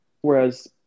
whereas